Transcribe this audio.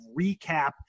recap